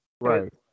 Right